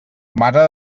mare